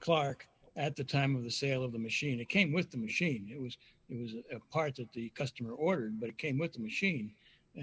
clarke at the time of the sale of the machine it came with the machine it was in parts of the customer order but it came with the machine and